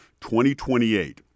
2028